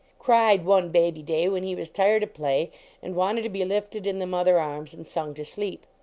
cried, one baby day, when he was tired of play and wanted to be lifted in the mother arms and sung to sleep.